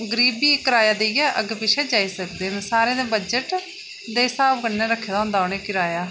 गरीब बी किराया देइयै अग्गें पिच्छें जाई सकदा ते सारें दे बजट दे स्हाब कन्नै रक्खे दा होंदा उनें किराया